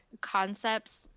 concepts